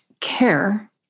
care